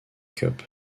cup